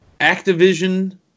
Activision